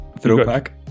throwback